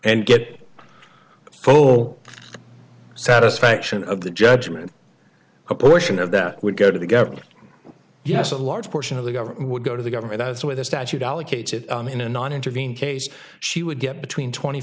and get a full satisfaction of the judgment a portion of that would go to the government yes a large portion of the government would go to the government where the statute allocated in a non intervened case she would get between twenty